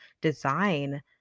design